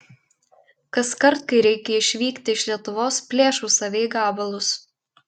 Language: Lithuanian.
kaskart kai reikia išvykti iš lietuvos plėšau save į gabalus